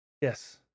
Yes